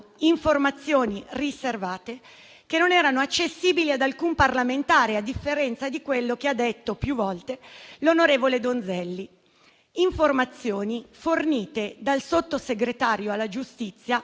informazioni riservate, che non erano accessibili ad alcun parlamentare, a differenza di quello che ha detto più volte l'onorevole Donzelli; informazioni fornite dal sottosegretario per la giustizia